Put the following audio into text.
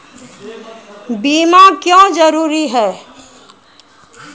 बीमा क्यों जरूरी हैं?